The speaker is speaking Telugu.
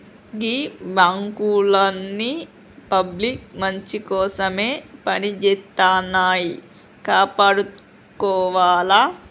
గీ బాంకులన్నీ పబ్లిక్ మంచికోసమే పనిజేత్తన్నయ్, కాపాడుకోవాల